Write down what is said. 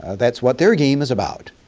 that's what their game is about.